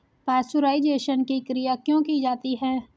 Pasteurisation की क्रिया क्यों की जाती है?